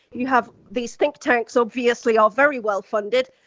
you have these think tanks, obviously all very well funded,